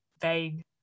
vague